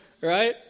right